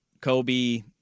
Kobe